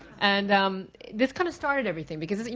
and um this kind of started everything. because